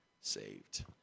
saved